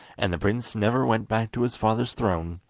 and the prince never went back to his father's throne,